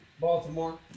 Baltimore